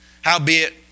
howbeit